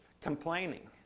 complaining